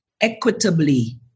equitably